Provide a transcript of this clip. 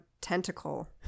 tentacle